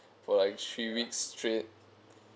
for like three weeks straight